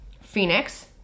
Phoenix